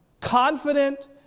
confident